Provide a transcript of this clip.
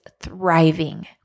thriving